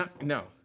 no